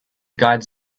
guides